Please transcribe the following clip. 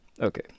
Okay